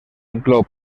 inclou